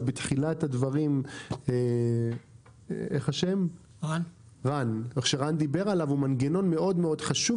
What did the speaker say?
בתחילת הדברים הוא מנגנון מאוד חשוב,